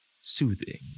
soothing